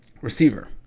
Receiver